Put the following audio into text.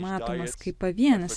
matomas kaip pavienis